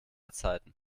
zeiten